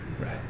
Right